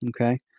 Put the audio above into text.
Okay